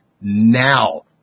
now